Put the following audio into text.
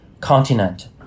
continent